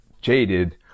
jaded